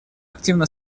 активно